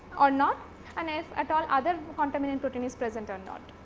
or not and if at all other contaminant protein is present or not.